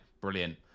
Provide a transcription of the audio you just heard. Brilliant